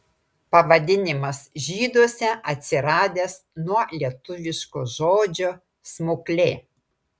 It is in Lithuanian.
pavadinimas žyduose atsiradęs nuo lietuviško žodžio smuklė